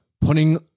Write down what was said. putting